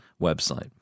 website